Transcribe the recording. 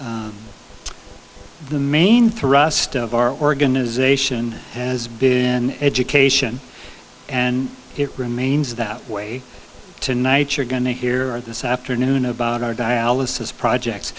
lm the main thrust of our organisation has been education and it remains that way tonight you're going to hear at this afternoon about our dialysis project